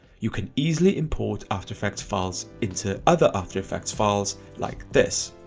you can easily import after effects files into other after effects files like this.